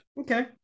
Okay